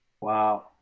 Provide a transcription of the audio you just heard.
Wow